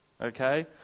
okay